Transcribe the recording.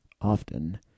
often